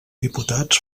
diputats